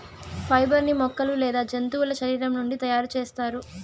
fibre ని మొక్కలు లేదా జంతువుల శరీరం నుండి తయారు చేస్తారు